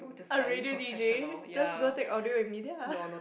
a radio DJ just go take audio and media